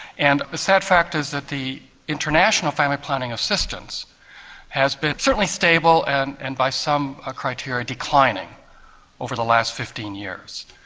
and the sad fact is that the international family planning assistance has been certainly stable, and and by some ah criteria declining over the last fifteen years.